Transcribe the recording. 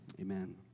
amen